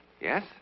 yes